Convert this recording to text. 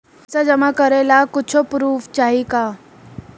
पैसा जमा करे ला कुछु पूर्फ चाहि का?